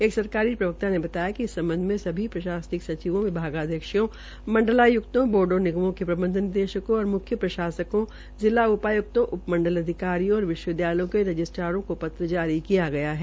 एक सरकारी प्रवक्ता ने बताया कि इस संबंध में सभी प्रशासनिक सचिवों विभागाध्यक्षों मंडलाय्क्तों बोर्डों निगमों के प्रबंध निदेशकों और म्ख्य प्रशासकों जिला उपाय्क्तों उप मंडल अधिकारियों और विश्वविद्यालयों के रजिस्ट्रारों को पत्र जारी किया गया है